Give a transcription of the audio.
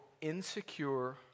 insecure